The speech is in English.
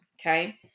Okay